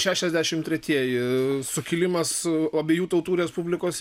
šešiasdešimt tretieji sukilimą su abiejų tautų respublikos